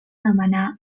demanar